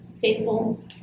faithful